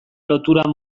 lotura